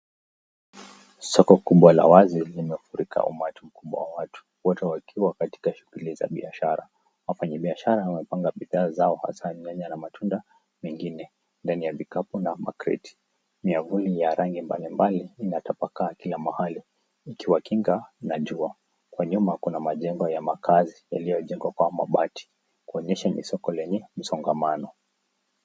Soko kubwa la wazi limefurika umati mkubwa wa watu wote wakiwa katika shughuli za biashara. Wafanyi biashara wamepanga bidhaa zao hasa nyanya na matunda mengine ndani ya vikapu na makreti. Miavuli ya rangi mbalimbali inatapakaa kila mahali ikiwakinga na jua. Kwa nyuma kuna majengo ya maakazi iliyojengwa kwa mabati kuonyesha ni soko lenye msongamano.